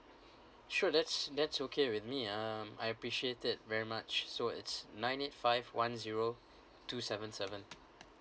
sure that's that's okay with me um I appreciate it very much so it's nine eight five one zero two seven seven